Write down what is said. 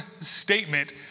statement